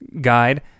guide